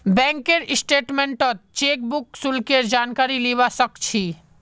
बैंकेर स्टेटमेन्टत चेकबुक शुल्केर जानकारी लीबा सक छी